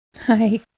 Hi